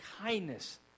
kindness